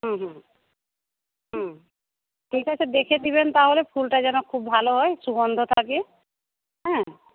হুম হুম হুম ঠিক আছে দেখে দেবেন তাহলে ফুলটা যেন খুব ভালো হয় সুগন্ধ থাকে হ্যাঁ